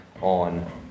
on